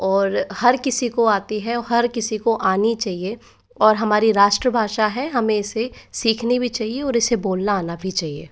और हर किसी को आती है हर किसी को आनी चाहिए और हमारी राष्ट्रभाषा है हमें इसे सीखनी भी चाहिए और इसे बोलना आना भी चाहिए